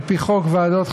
על-פי חוק ועדות חקירה,